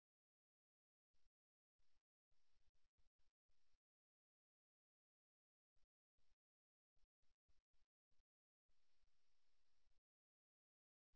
இப்போது வெளியே சென்று உங்கள் சிறந்த பாதத்தை முன்னோக்கி வைக்க உங்களிடம் போதுமான தகவல்கள் இருப்பதாக நம்புகிறேன்